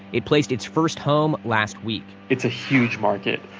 it placed its first home last week. it's a huge market,